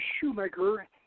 Shoemaker